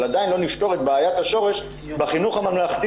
אבל עדיין לא נפתור את בעיית השורש בחינוך הממלכתי